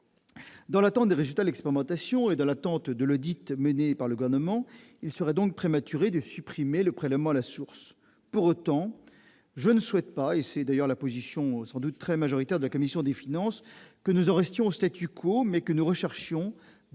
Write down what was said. Dans l'attente des résultats de l'expérimentation et de l'audit mené par le Gouvernement, il serait prématuré de supprimer le prélèvement à la source. Pour autant, je souhaite non pas, et c'est d'ailleurs la position très majoritaire de la commission des finances, que nous en restions au, mais que nous recherchions